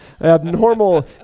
Abnormal